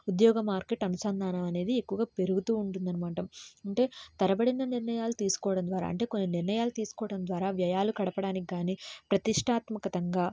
ఉద్యోగ మార్కెట్ అనుసంధానం అనేది ఎక్కువగా పెరుగుతూ ఉంటుంది అనమాట అంటే తరబడిన నిర్ణయాలు తీసుకోవడం ద్వారా అంటే కొన్ని నిర్ణయాలు తీసుకోవడం ద్వారా వ్యయాలు గడపడానికి కనీ ప్రతిష్టాత్మకతంగా